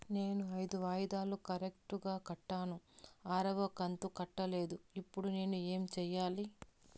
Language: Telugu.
నేను ఐదు వాయిదాలు కరెక్టు గా కట్టాను, ఆరవ కంతు కట్టలేదు, ఇప్పుడు నేను ఏమి సెయ్యాలి?